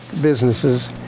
businesses